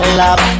love